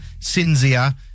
Cinzia